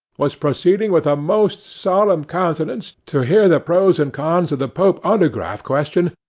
was proceeding, with a most solemn countenance, to hear the pros and cons of the pope autograph question,